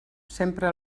sempre